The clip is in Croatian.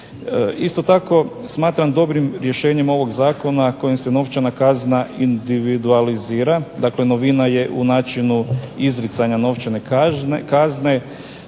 Isto tako smatram dobrim rješenjem ovog Zakona kojim se novčana kazna individualizira, dakle novina je u načinu izricanja novčane kazne.